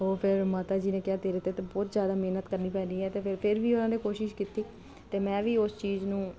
ਉਹ ਫਿਰ ਮਾਤਾ ਜੀ ਨੇ ਕਿਹਾ ਤੇਰੇ ਤੇ ਬਹੁਤ ਜ਼ਿਆਦਾ ਮਿਹਨਤ ਕਰਨੀ ਪੈਣੀ ਤੇ ਫੇਰ ਵੀ ਉਹਨਾਂ ਨੇ ਕੋਸ਼ਿਸ਼ ਕੀਤੀ ਤੇ ਮੈਂ ਵੀ ਉਸ ਚੀਜ਼ ਨੂੰ